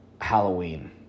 Halloween